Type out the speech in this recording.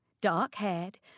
dark-haired